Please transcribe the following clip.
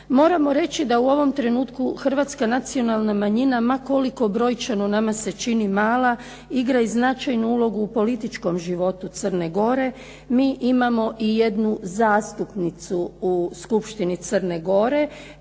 Moramo reći da u ovom trenutku hrvatska nacionalna manjina, ma koliko brojčano nama se čini mala, igra i značajnu ulogu u političkom životu Crne Gore. Mi imamo i jednu zastupnicu u Skupštini Crne Gore.